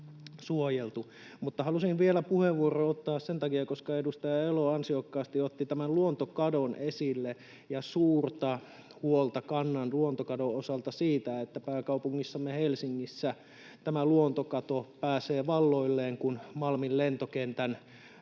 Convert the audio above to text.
Halusin vielä puheenvuoron ottaa sen takia, että edustaja Elo ansiokkaasti otti tämän luontokadon esille. Suurta huolta kannan luontokadon osalta siinä, että pääkaupungissamme Helsingissä luontokato pääsee valloilleen, kun Malmin lentokentän niittyalueet